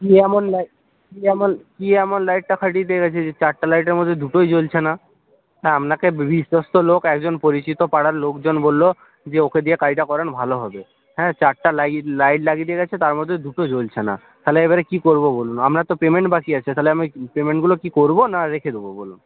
কি এমন লাইট কি এমন কি এমন লাইটটা সারিয়ে দিয়ে গেছে যে চারটে লাইটের মধ্যে দুটোই জ্বলছে না হ্যাঁ আপনাকে বিশ্বস্ত লোক একজন পরিচিত পাড়ার লোকজন বললো যে ওকে দিয়ে কাজটা করানো ভালো হবে হ্যাঁ চারটে লাইট লাইট লাগিয়ে দিয়ে গেছে তার মধ্যে দুটো জ্বলছে না তাহলে এবারে কি করবো বলুন আপনার তো পেমেন্ট বাকি আছে তাহলে আমি ওই পেমেন্টগুলো কি করবো না রেখে দেবো বলুন